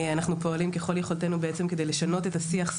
אנחנו פועלים ככול יכולתנו כדי לשנות את השיח,